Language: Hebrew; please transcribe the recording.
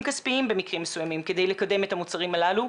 כספיים במקרים מסוימים כדי לקדם את המוצרים הללו.